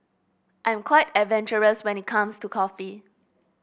I'm quite adventurous when it comes to coffee